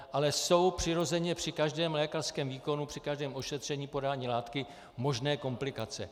Ale jsou přirozeně při každém lékařském výkonu, při každém ošetření, podání látky možné komplikace.